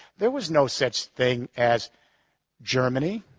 there was no such thing as germany.